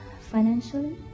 financially